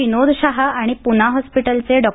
विनोद शहा आणि पूना हॉस्पिटलचे डॉ